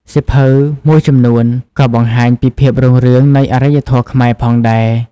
សៀវភៅមួយចំនួនក៏បង្ហាញពីភាពរុងរឿងនៃ អរិយធម៌ខ្មែរ ផងដែរ។